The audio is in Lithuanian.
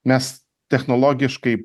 mes technologiškai